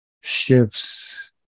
shifts